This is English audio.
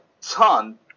ton